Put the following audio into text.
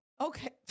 Okay